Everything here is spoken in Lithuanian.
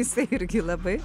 jisai irgi labai